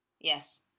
Yes